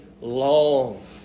long